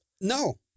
No